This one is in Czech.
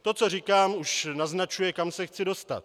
To, co říkám, už naznačuje, kam se chci dostat.